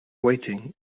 waiting